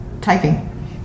typing